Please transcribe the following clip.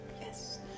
Yes